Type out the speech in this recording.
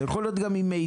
זה יכול להיות גם ממידע,